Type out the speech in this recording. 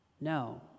No